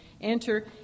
enter